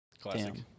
Classic